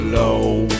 low